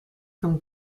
from